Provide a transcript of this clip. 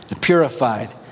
purified